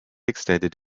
extended